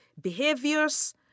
behaviors